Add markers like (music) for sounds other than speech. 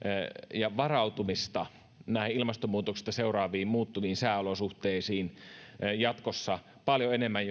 ja varautumista näihin ilmastonmuutoksista seuraaviin muuttuviin sääolosuhteisiin jatkossa paljon enemmän (unintelligible)